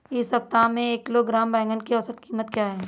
इस सप्ताह में एक किलोग्राम बैंगन की औसत क़ीमत क्या है?